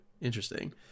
interesting